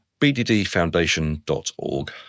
bddfoundation.org